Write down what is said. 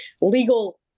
legal